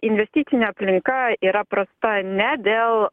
investicinė aplinka yra prasta ne dėl